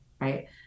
right